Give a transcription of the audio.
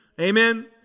Amen